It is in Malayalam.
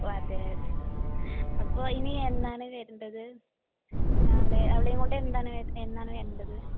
ഓ അതെയതെ അപ്പോൾ ഇനിയെന്നാണ് വരേണ്ടത് അവളെ അവളേയും കൊണ്ട് എന്താണ് എന്നാണ് വരേണ്ടത്